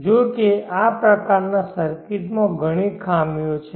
જો કે આ પ્રકારના સર્કિટમાં ઘણી ખામીઓ છે